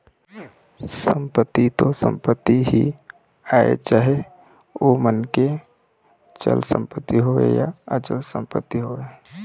संपत्ति तो संपत्ति ही आय चाहे ओ मनखे के चल संपत्ति होवय या अचल संपत्ति होवय